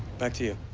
back to you.